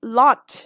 lot